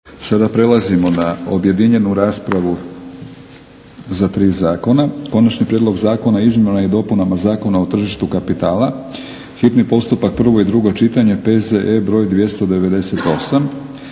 Sada prelazimo na objedinjenju raspravu za tri zakona: - Konačni prijedlog zakona o izmjenama i dopunama Zakona o tržištu kapitala, hitni postupak, prvo i drugo čitanje, P.Z.E. br. 298;